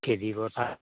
খেতি পথাৰ